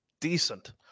Decent